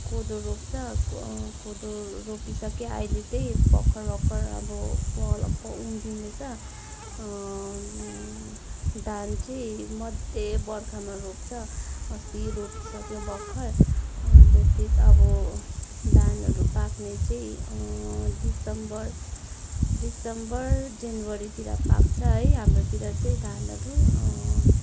कोदो रोप्छ कोदो रोपिसके अहिले त्यही भर्खर भर्खर अब पलप उम्रिँदैछ धान चाहिँ मध्ये बर्खामा रोप्छ अस्ति रोपिसक्यो भर्खर अन्त त्यही त अब धानहरू पाक्ने चाहिँ दिसम्बर दिसम्बर जनवरीतिर पाक्छ है हाम्रोतिर चाहिँ धानहरू